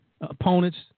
Opponents